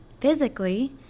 physically